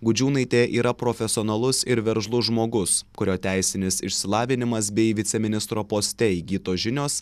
gudžiūnaitė yra profesionalus ir veržlus žmogus kurio teisinis išsilavinimas bei viceministro poste įgytos žinios